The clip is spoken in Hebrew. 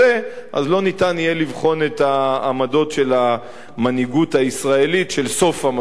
לא יהיה אפשר לבחון את העמדות של המנהיגות הישראלית של סוף המשא-ומתן,